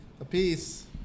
apiece